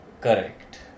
Correct